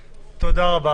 תודה.